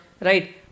right